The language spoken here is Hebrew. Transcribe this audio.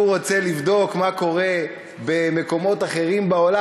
הוא רוצה לבדוק מה קורה במקומות אחרים בעולם.